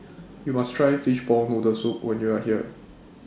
YOU must Try Fishball Noodle Soup when YOU Are here